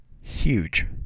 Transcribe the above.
huge